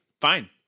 Fine